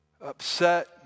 upset